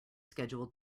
scheduled